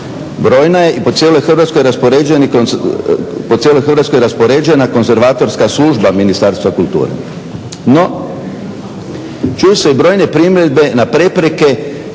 Brojna je, po cijeloj Hrvatskoj raspoređena konzervatorska služba Ministarstva kulture, no čuju se i brojne primjedbe na prepreke